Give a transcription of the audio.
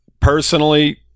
Personally